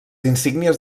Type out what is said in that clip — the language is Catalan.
insígnies